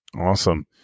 Awesome